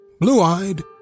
blue-eyed